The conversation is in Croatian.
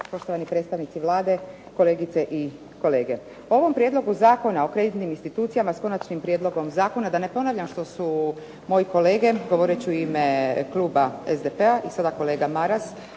Poštovani predstavnici Vlade, kolegice i kolege. U ovom Prijedlogu Zakona o kreditnim institucijama s Konačnim prijedlogom Zakona da ne ponavljam što su moje kolege govoreći u ime kluba SDP-a i sada kolega Maras